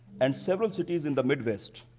and several cities in the midwest.